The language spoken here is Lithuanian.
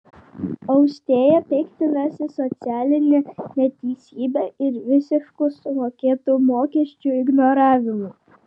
austėja piktinasi socialine neteisybe ir visišku sumokėtų mokesčių ignoravimu